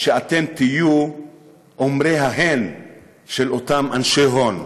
שאתם תהיו אומרי ההן של אותם אנשי הון?